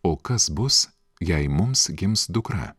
o kas bus jei mums gims dukra